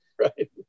right